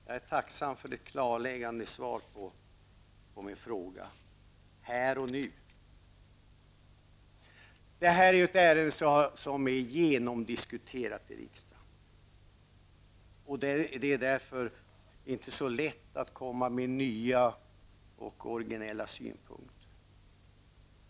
Jag är tacksam för ett klarläggande svar på min fråga här och nu. Detta är ju ett ärende som är genomdiskuterat i riksdagen, och det är därför inte så lätt att komma med nya och originella synpunkter.